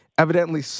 Evidently